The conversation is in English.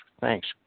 thanks